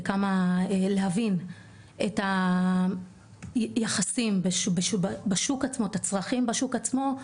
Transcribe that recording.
להבין את היחסים בשוק עצמו, את הצרכים בשוק עצמו.